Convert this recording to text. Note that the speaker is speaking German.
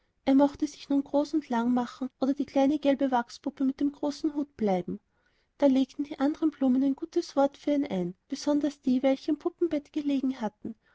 er mochte sich nun groß und lang machen oder die kleine gelbe wachspuppe mit dem großen schwarzen hut bleiben da legten die andern blumen ein gutes wort für ihn ein besonders die welche im puppenbett gelegen hatten